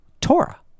Torah